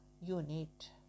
unit